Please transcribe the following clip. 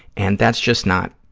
and that's just not,